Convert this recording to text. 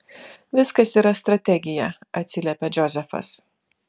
viskas yra strategija atsiliepia džozefas